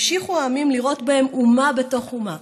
המשיכו העמים לראות בהם אומה בתוך אומה,